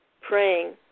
praying